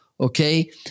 okay